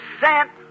sent